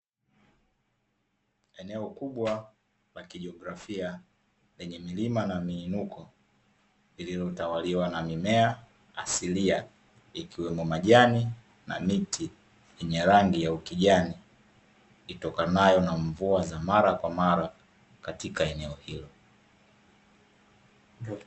Eneo kubwa la kijiografia, lenye milima na miinuko iliyotawaliwa na mimea asilia ikiwemo majani na miti yenye rangi ya ukijani, itokanayo na mvua za mara kwa mara katika eneo hilo.